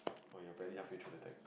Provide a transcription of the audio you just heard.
oh you are barely halfway through the text